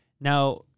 now